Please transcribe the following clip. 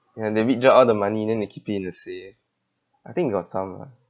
ya they withdraw all the money then they keep it in the safe I think got some lah